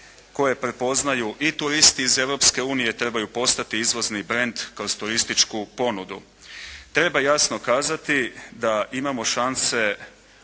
koji prepoznaju i turisti iz Europske unije trebaju postati izvozni brend kroz stoističku ponudu. Treba jasno kazati da imamo šanse